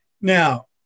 Now